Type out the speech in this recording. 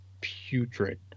putrid